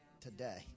today